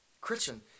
Christian